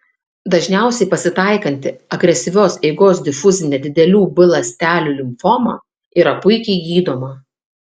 dažniausiai pasitaikanti agresyvios eigos difuzinė didelių b ląstelių limfoma yra puikiai gydoma